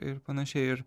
ir panašiai ir